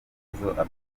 avuga